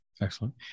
Excellent